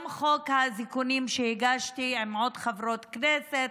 גם את חוק האזיקונים, שהגשתי עם עוד חברות כנסת,